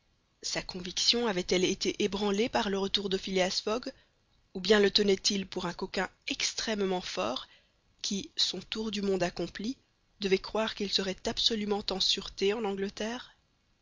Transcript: sa conviction avait-elle été ébranlée par le retour de phileas fogg ou bien le tenait-il pour un coquin extrêmement fort qui son tour du monde accompli devait croire qu'il serait absolument en sûreté en angleterre